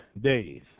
days